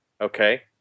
Okay